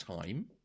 time